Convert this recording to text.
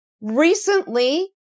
Recently